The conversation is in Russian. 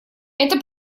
это